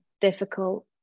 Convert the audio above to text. difficult